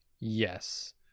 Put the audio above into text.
Yes